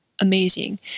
amazing